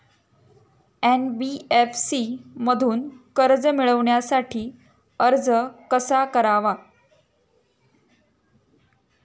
NBFC मधून कर्ज मिळवण्यासाठी अर्ज कसा करावा?